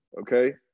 Okay